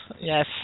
yes